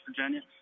Virginia